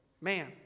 Man